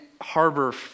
harbor